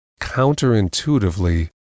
counterintuitively